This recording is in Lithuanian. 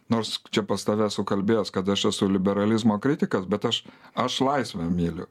nors čia pas tave esu kalbėjęs kad aš esu liberalizmo kritikas bet aš aš laisvę myliu